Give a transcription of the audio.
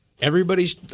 everybody's